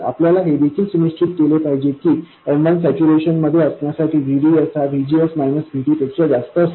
आपल्याला हे देखील सुनिश्चित केले पाहिजे की M1 सॅच्यूरेशन मध्ये असण्यासाठी VDS हा VGS VT पेक्षा जास्त असेल